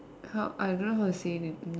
how I don't know how to say it in